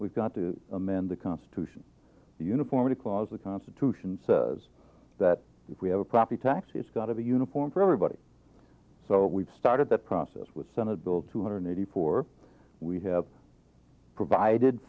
we've got to amend the constitution uniformity clause the constitution says that if we have a property tax it's got to be uniform for everybody so we've started that process with senate bill two hundred eighty four we have provided